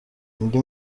indi